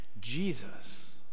Jesus